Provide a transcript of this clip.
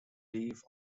live